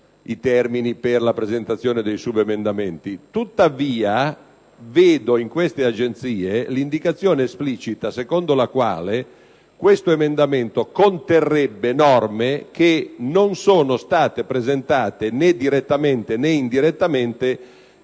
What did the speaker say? i termini per la presentazione dei subemendamenti. Tuttavia, in queste agenzie di stampa, vedo un'indicazione esplicita secondo la quale questo emendamento conterrebbe norme che non sono state presentate né direttamente né indirettamente